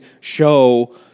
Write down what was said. show